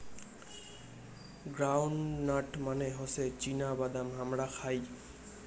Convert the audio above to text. ground nut মানে হসে চীনা বাদাম হামরা খাই